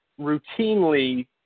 routinely